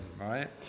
right